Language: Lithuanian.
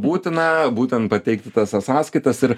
būtina būtent pateikti tas e sąskaitas ir